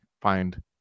find